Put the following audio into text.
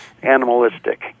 Animalistic